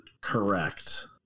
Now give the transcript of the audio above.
correct